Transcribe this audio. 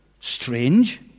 strange